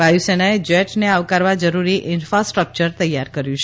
વાયુસેનાએ જેટને આવકારવા જરૂરી ઈન્ફાસ્ટ્રક્ચર તૈયાર કર્યું છે